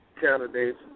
candidates